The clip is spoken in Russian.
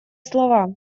слова